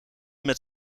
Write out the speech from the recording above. met